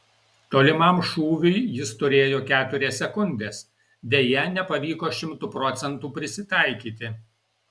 tolimam šūviui jis turėjo keturias sekundes deja nepavyko šimtu procentų prisitaikyti